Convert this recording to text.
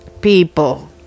people